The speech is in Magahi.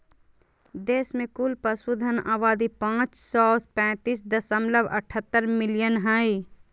देश में कुल पशुधन आबादी पांच सौ पैतीस दशमलव अठहतर मिलियन हइ